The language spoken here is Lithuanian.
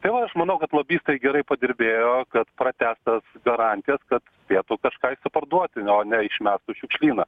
tai va aš manau kad lobistai gerai padirbėjo kad pratęstas garantijas kad spėtų kažką išsiparduoti o ne išmetus šiukšlyną